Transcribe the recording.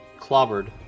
clobbered